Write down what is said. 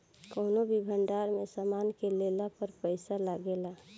कौनो भी भंडार में सामान के लेला पर पैसा लागेला